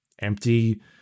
empty